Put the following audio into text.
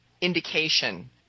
indication